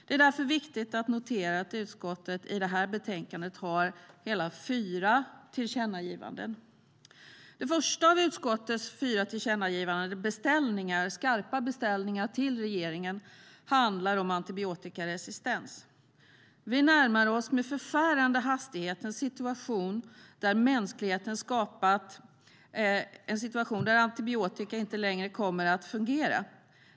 Det är därför viktigt att notera att utskottet i detta betänkande har fyra tillkännagivanden. Det första av utskottets fyra tillkännagivanden - skarpa beställningar till regeringen - handlar om antibiotikaresistens. Vi närmar oss med förfärande hastighet en av mänskligheten skapad situation där antibiotika inte längre kommer att fungera.